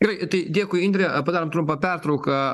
gerai tai dėkui indre padarom trumpą pertrauką